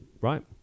right